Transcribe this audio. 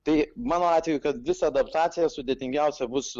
tai mano atveju kad visa adaptacija sudėtingiausia bus